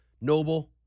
Noble